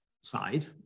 side